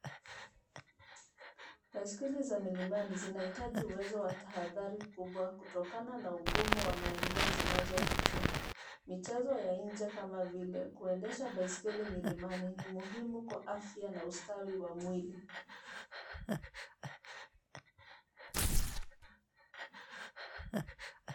Baiskeli za milimani zinahitaji uwezo wa tahadhari kubwa kutokana na ugumu wa maeneo zinazopitia. Michezo ya nje kama vile kuendesha baiskeli mlimani ni muhimu kwa afya na ustawi wa mwili.